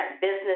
business